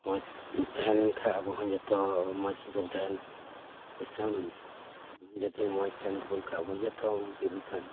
ᱢᱚᱡᱽ ᱛᱟᱦᱮ ᱞᱮᱱ ᱠᱷᱟᱡ ᱟᱵᱚᱦᱚᱸ ᱡᱚᱛᱚ ᱢᱚᱡᱽ ᱜᱮᱵᱚᱱ ᱛᱟᱦᱮᱱᱟ ᱫᱤᱥᱚᱢ ᱡᱩᱫᱤ ᱢᱚᱡᱽ ᱛᱟᱦᱮᱱᱟ ᱛᱟᱵᱚᱱ ᱠᱷᱟᱡ ᱟᱵᱚ ᱡᱚᱛᱚ ᱢᱚᱡᱽ ᱜᱮᱵᱚ ᱛᱟᱦᱮᱱᱟ